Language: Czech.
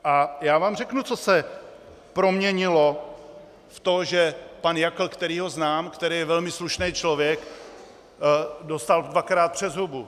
A já vám řeknu, co se proměnilo v to, že pan Jakl, kterého znám, který je velmi slušný člověk, dostal dvakrát přes hubu.